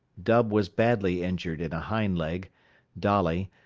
dub was badly injured in a hind leg dolly,